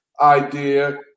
idea